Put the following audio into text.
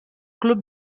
club